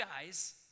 guys